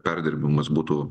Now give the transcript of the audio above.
perdirbimas būtų